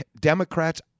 Democrats